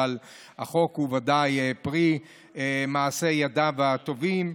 אבל החוק הוא ודאי פרי מעשי ידיו הטובים,